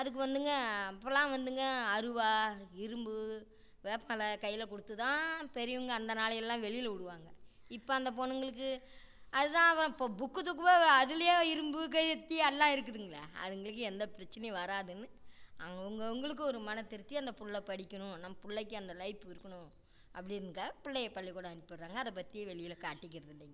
அதுக்கு வந்துங்க அப்போல்லாம் வந்துங்க அறுவாள் இரும்பு வேப்பில கையில் கொடுத்துதான் பெரியவங்க அந்த நாளையெல்லாம் வெளியில் விடுவாங்க இப்போ அந்த பொண்ணுங்களுக்கு அதுதான் அப்புறம் இப்போ புக்கு தூக்கவே அதுலேயே இரும்பு கத்தி எல்லாம் இருக்குதுங்களே அதுங்களுக்கு எந்த பிரச்சனையும் வராதுன்னு அவங்கவுங்களுக்கு ஒரு மன திருப்தி அந்த பிள்ள படிக்கணும் நம்ம பிள்ளைக்கி அந்த லைப் இருக்கணும் அப்படின்றக்காக பிள்ளைய பள்ளிக்கூடம் அனுப்பி விட்றாங்க அதை பற்றி வெளியில் காட்டிக்கிறது இல்லைங்க